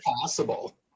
Possible